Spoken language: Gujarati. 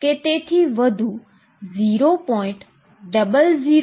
આમ Δx કે તેથી વધુ 0